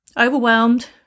overwhelmed